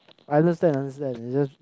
I understand understand it's just